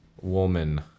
Woman